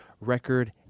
record